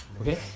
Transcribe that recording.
okay